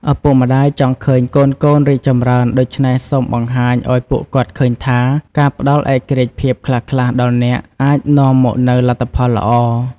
ឪពុកម្ដាយចង់ឃើញកូនៗរីកចម្រើន ដូច្នេះ សូមបង្ហាញឲ្យពួកគាត់ឃើញថា ការផ្ដល់ឯករាជ្យភាពខ្លះៗដល់អ្នក អាចនាំមកនូវលទ្ធផលល្អ។